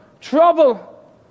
trouble